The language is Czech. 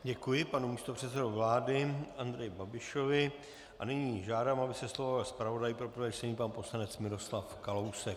Děkuji panu místopředsedovi vlády Andreji Babišovi a nyní žádám, aby se slova ujal zpravodaj pro prvé čtení pan poslanec Miroslav Kalousek.